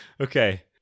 Okay